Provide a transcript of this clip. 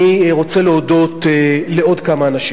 אני רוצה להודות לעוד כמה אנשים.